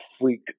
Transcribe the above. freak